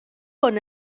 hwn